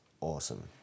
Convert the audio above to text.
awesome